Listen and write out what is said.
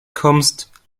kommst